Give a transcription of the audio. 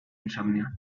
insomnio